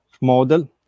model